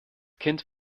kind